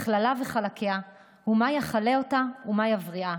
בכללה וחלקיה, מה יכלה אותה ומה יבריאה.